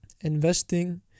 investing